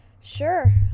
sure